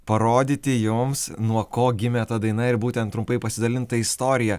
parodyti jums nuo ko gimė ta daina ir būtent trumpai pasidalint ta istorija